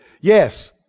Yes